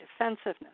defensiveness